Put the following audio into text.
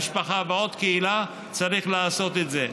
ועוד משפחה ועוד קהילה, צריך לעשות את זה.